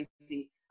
crazy